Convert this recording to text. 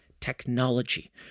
technology